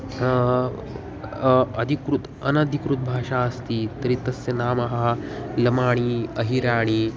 अधिकृत् अनधिकृत्भाषा अस्ति तर्हि तस्य नाम लमाणि अहिराणि